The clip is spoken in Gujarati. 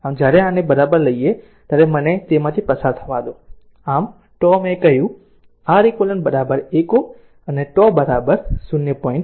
આમ જ્યારે આની બરાબર લેઉં ત્યારે મને તેમાંથી પસાર થવા દો આમ τ મેં કહ્યું R eq 1 Ω અને τ 0